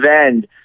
end